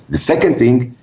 the second thing,